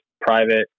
private